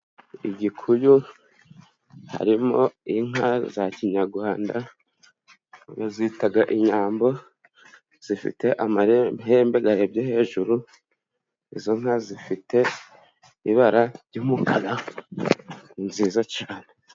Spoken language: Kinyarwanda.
Igikuyu harimo inka za kinyarwanda bazita Inyambo zifite amahembe arebye hejuru, izo nka zifite ibara ry'umukara ni nziza cyane.